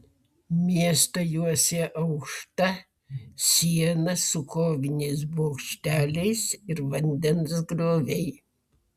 miestą juosė aukšta siena su koviniais bokšteliais ir vandens grioviai